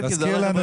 כי הוא לצורך רפואי.